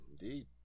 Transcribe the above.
Indeed